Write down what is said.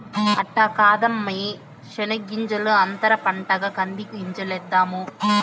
అట్ట కాదమ్మీ శెనగ్గింజల అంతర పంటగా కంది గింజలేద్దాము